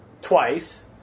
twice